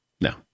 no